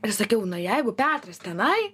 ir sakiau na jeigu petras tenai